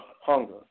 hunger